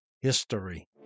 history